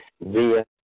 via